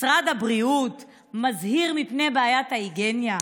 משרד הבריאות מזהיר מפני בעיית ההיגיינה,